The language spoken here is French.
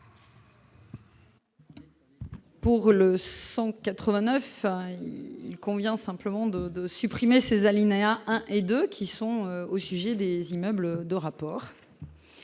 Pour le 189 il convient simplement de de supprimer ces alinéas 1 et 2 qui sont au sujet des immeubles de rapport.